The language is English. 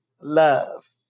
love